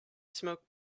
smoke